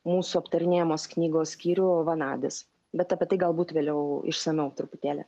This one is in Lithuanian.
mūsų aptarinėjamos knygos skyrių vanadis bet apie tai galbūt vėliau išsamiau truputėlį